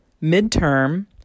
mid-term